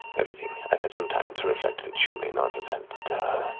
everything. i've had some time to reflect that you may not have had, but